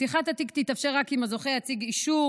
פתיחת התיק תתאפשר רק אם הזוכה יציג אישור